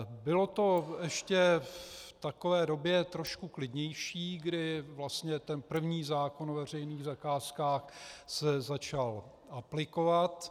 Bylo to ještě v takové době trošku klidnější, kdy vlastně ten první zákon o veřejných zakázkách se začal aplikovat.